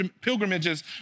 pilgrimages